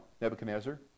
Nebuchadnezzar